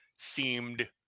seemed